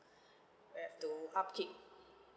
we've to upkeep